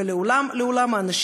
ולעולם לעולם,